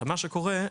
ומה שקורה,